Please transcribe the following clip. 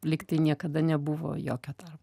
lygtai niekada nebuvo jokio tarpo